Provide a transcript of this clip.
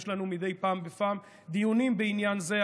יש לנו מדי פעם בפעם דיונים בעניין זה,